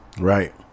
Right